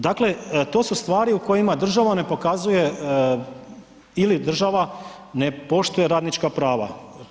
Dakle, to su stvari u kojima država ne pokazuje ili država ne poštuje radnička prava.